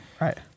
Right